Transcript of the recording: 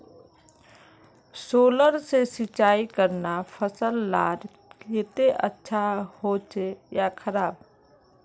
Solar से सिंचाई करना फसल लार केते अच्छा होचे या खराब?